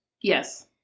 Yes